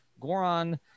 Goron